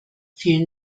vielen